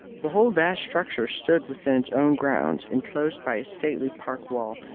the whole vast structure stood within its own grounds, enclosed by a stately park wall,